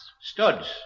Studs